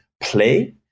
play